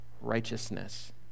righteousness